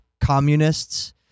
communists